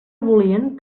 volien